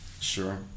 Sure